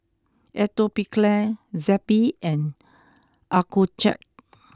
Atopiclair Zappy and Accucheck